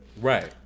Right